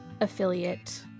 affiliate